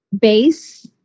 base